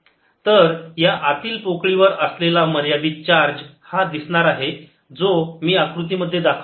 r Pcosθ तर या पोकळी वर असलेला मर्यादित चार्ज हा असा दिसणार आहे जो मी आकृतीमध्ये दाखवला आहे